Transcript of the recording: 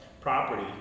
property